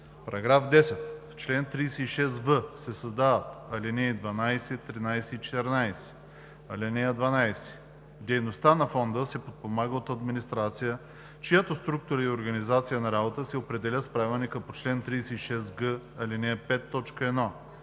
§ 10: „§ 10. В чл. 36в се създават алинеи 12, 13 и 14: „(12) Дейността на фонда се подпомага от администрация, чиято структура и организация на работа се определят с правилника по чл. 36г, ал. 5, т. 1.